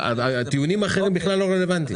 טיעונים אחרים בכלל לא רלוונטיים.